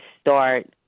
start